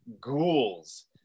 ghouls